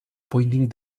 pointing